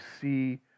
see